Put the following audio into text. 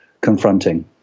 confronting